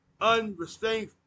unrestrained